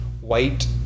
white